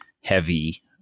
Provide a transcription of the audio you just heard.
heavy